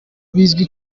bizwi